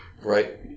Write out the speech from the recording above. right